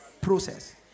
Process